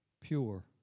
pure